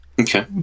Okay